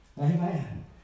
amen